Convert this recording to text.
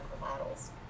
models